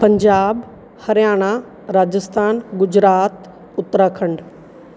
Punjab Haryana Rajasthan Gujarat Uttarakhand